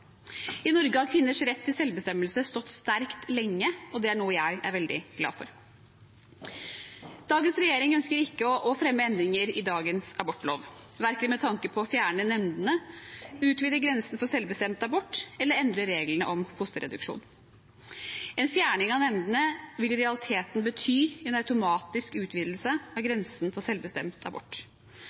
I Norge har kvinners rett til selvbestemmelse stått sterkt lenge, og det er noe jeg er veldig glad for. Dagens regjering ønsker ikke å fremme endringer i dagens abortlov, verken med tanke på å fjerne nemndene, utvide grensen for selvbestemt abort eller endre reglene om fosterreduksjon. En fjerning av nemndene vil i realiteten bety en automatisk utvidelse av grensen for selvbestemt abort.